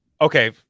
okay